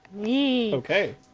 Okay